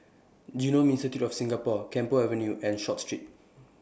Genome Institute of Singapore Camphor Avenue and Short Street